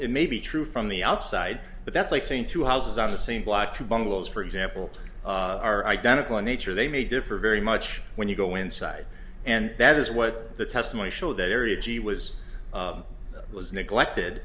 it may be true from the outside but that's like saying two houses on the same block two bungalows for example are identical in nature they may differ very much when you go inside and that is what the testimony show that area g was was neglected